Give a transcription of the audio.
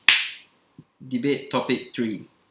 debate topic three